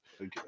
Okay